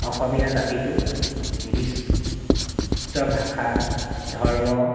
অসমীয়া জাতিটো নিদিষ্ট ভাষা ধৰ্ম